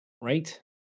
right